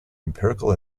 empirical